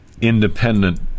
independent